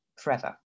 forever